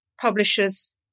publishers